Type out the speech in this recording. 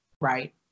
right